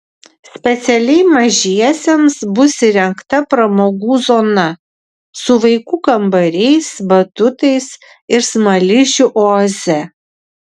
specialiai mažiesiems bus įrengta pramogų zona su vaikų kambariais batutais ir smaližių oaze